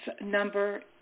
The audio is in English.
number